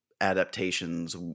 adaptations